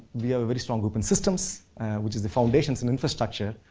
we have a very strong group and systems which is the foundations and infrastructure,